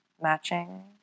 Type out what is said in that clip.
matching